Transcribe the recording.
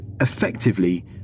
effectively